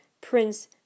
Prince